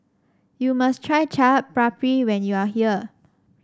you must try Chaat Papri when you are here